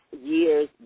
years